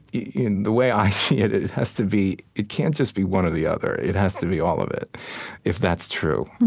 the way i see it, it it has to be it can't just be one or the other. it has to be all of it if that's true.